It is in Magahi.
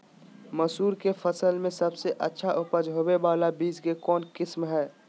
मसूर के फसल में सबसे अच्छा उपज होबे बाला बीज के कौन किस्म हय?